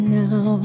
now